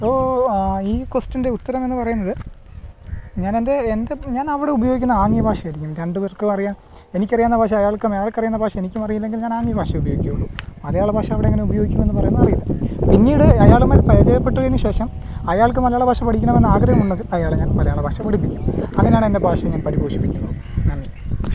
so ഈ കൊസ്റ്റ്യന്റെ ഉത്തരം എന്ന് പറയുന്നത് ഞാന് എന്റെ എൻ്റെ ഞാന് അവിടെ ഉപയോഗിക്കുന്ന ആംഗ്യ ഭാഷയായിരിക്കും രണ്ട് പേര്ക്കും അറിയാം എനിക്ക് അറിയാവുന്ന ഭാഷ അയാള്ക്കും അയാള്ക്ക് അറിയാവുന്ന ഭാഷ എനിക്കും അറിയില്ല എങ്കില് ഞാൻ ആംഗ്യ ഭാഷയെ ഉപയോഗിക്കുള്ളൂ മലയാള ഭാഷ അവിടെ എങ്ങനെ ഉപയോഗിക്കുമെന്ന് പറയുമെന്ന് അറിയില്ല പിന്നീട് അയാളുമായി പരിജയപ്പെട്ടതിന് ശേഷം അയാള്ക്ക് മലയാള ഭാഷ പഠിക്കണമെന്ന് ആഗ്രഹം ഉണ്ടെങ്കില് അയാളെ ഞാന് മലയാള ഭാഷ പഠിപ്പിക്കും അങ്ങനെയാണെന്റെ ഭാഷയെ ഞാന് പരിപോഷിപിക്കുന്നത് നന്ദി